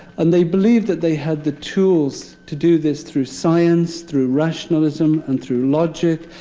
and they believed that they had the tools to do this through science, through rationalism, and through logic.